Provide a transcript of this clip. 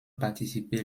participer